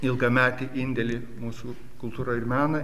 ilgametį indėlį mūsų kultūrą ir meną